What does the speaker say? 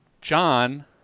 John